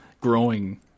growing